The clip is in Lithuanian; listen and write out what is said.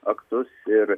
aktus ir